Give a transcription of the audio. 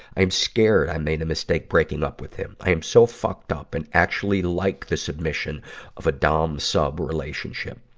i'm scared i made a mistake breaking up with him. i am so fucked up and actually like the submission of a dom sub relationship.